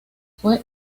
fue